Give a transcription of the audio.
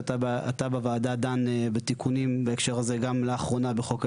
אתה בוועדה דן בתיקונים בהקשר הזה גם לאחרונה בחוק ההסדרים.